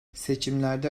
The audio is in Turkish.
seçimlerde